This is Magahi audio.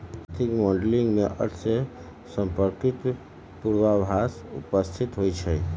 आर्थिक मॉडलिंग में अर्थ से संपर्कित पूर्वाभास उपस्थित होइ छइ